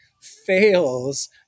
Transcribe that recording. fails